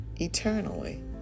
eternally